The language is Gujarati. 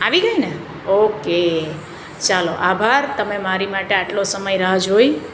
આવી ગઈને ઓકે ચાલો આભાર તમે મારી માટે આટલો સમય રાહ જોઈ